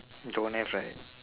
don't have right